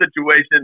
situation